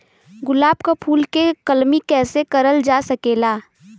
गुलाब क फूल के कलमी कैसे करल जा सकेला?